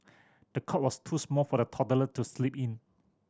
the cot was too small for the toddler to sleep in